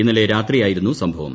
ഇന്നലെ രാത്രിയായിരുന്നു സംഭവം